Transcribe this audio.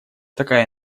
такая